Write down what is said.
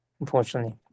Unfortunately